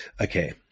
Okay